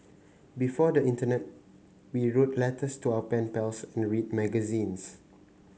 before the internet we wrote letters to our pen pals and read magazines